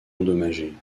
endommagée